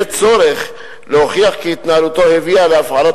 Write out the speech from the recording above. יהיה צורך להוכיח כי התנהלותו הביאה להפעלת